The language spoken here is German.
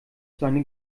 seine